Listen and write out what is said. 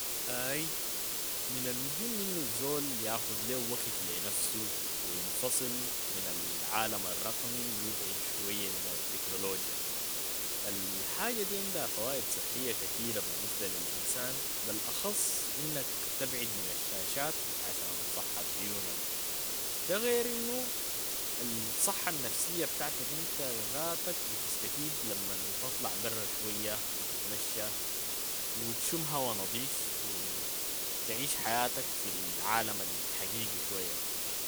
اي من المهم أنو الزول يأخد ليهو وقت لنفسه و ينفصل من العالم الرقمي و يبعد من التكنولوجيا الحاجة دي عندها فوائد صحية كتيرة بالنسبة للإنسان، بلأخص أنك تبعد من الشاشات عشان صحت عيونك، ده غير أنو الصحة النفسية بتاعتك أنت ذاتك بتستفيد لما تطلع برا شوية و تتمشى و تشم هوا نظيف و تعيش حياتك في العالم الحقيقي شوية.